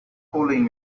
calling